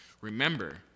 Remember